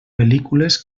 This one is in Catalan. pel·lícules